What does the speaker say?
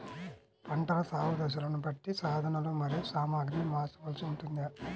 పంటల సాగు దశలను బట్టి సాధనలు మరియు సామాగ్రిని మార్చవలసి ఉంటుందా?